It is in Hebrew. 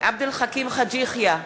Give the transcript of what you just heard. עבד אל חכים חאג' יחיא,